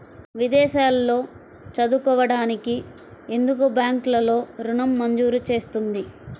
విదేశాల్లో చదువుకోవడానికి ఎందుకు బ్యాంక్లలో ఋణం మంజూరు చేస్తుంది?